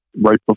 right